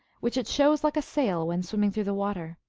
which it shows like a sail when swimming through the water.